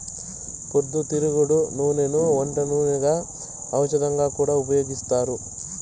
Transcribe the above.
పొద్దుతిరుగుడు నూనెను వంట నూనెగా, ఔషధంగా కూడా ఉపయోగిత్తారు